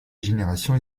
générations